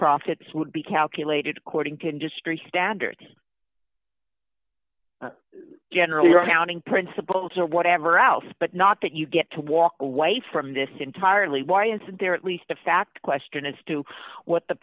profits would be calculated according to industry standards generally are counting principles or whatever else but not that you get to walk away from this entirely why it's there at least a fact question as to what the